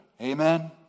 Amen